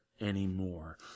anymore